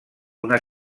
una